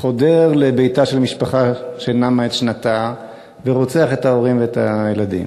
חודר לביתה של משפחה שנמה את שנתה ורוצח את ההורים ואת הילדים,